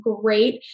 great